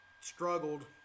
struggled